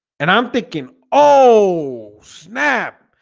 and i'm thinking oh snap,